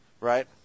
right